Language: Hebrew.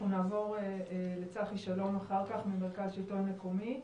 אנחנו נעבור אחר כך לצחי שלום ממרכז השלטון המקומי,